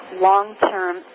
long-term